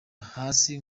hasi